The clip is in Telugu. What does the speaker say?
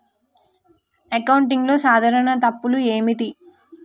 అకౌంటింగ్లో సాధారణ తప్పులు ఏమిటి?